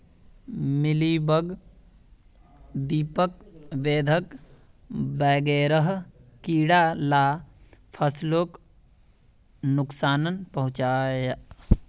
mealybug, दीमक, बेधक वगैरह कीड़ा ला फस्लोक नुक्सान पहुंचाः